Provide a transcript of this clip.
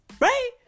Right